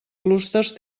clústers